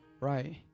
right